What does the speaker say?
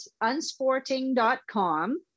unsporting.com